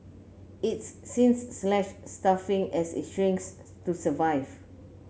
it's since slashed staffing as it shrinks to survive